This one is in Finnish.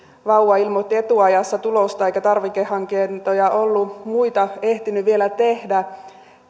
vauva ilmoitti etuajassa tulosta eikä tarvikehankintoja ollut muita ehtinyt vielä tehdä